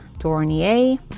Dornier